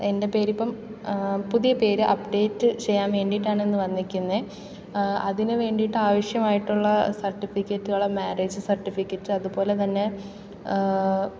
എന്റെ പേര് ഇപ്പം പുതിയ പേര് അപ്ഡേറ്റ് ചെയ്യാൻ വേണ്ടിയിട്ടാണ് ഇന്ന് വന്നിരിക്കുന്നത് അതിന് വേണ്ടിയിട്ട് ആവശ്യം ആയിട്ടുള്ള സർട്ടിഫിക്കറ്റുകളും മാരേജ് സർട്ടിഫിക്കറ്റ് അതുപോലെ തന്നെ